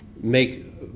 make